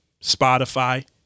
Spotify